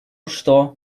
что